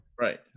Right